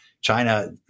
china